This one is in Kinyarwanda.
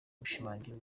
bishimangira